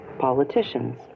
politicians